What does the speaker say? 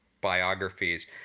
biographies